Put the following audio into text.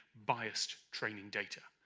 biased training data.